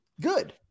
Good